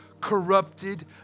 corrupted